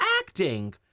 acting